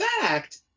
fact